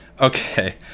okay